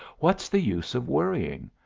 what's the use of worrying?